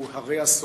הוא הרה אסון.